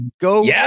Go